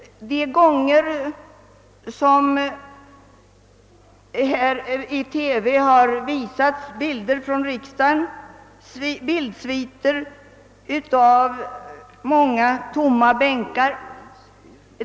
I TV har visats bildsviter av många tomma riksdagsbänkar.